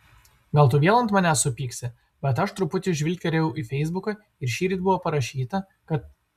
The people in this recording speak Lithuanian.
gal tu vėl ant manęs supyksi bet aš truputį žvilgterėjau į feisbuką ir šįryt buvo parašyta kad